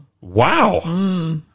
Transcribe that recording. Wow